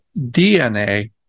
DNA